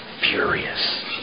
furious